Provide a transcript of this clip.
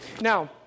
Now